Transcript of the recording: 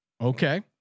Okay